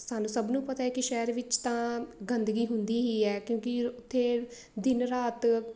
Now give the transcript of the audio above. ਸਾਨੂੰ ਸਭ ਨੂੰ ਪਤਾ ਹੈ ਕਿ ਸ਼ਹਿਰ ਵਿੱਚ ਤਾਂ ਗੰਦਗੀ ਹੁੰਦੀ ਹੀ ਹੈ ਕਿਉਂਕਿ ਉੱਥੇ ਦਿਨ ਰਾਤ